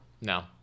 No